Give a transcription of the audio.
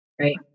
Right